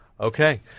Okay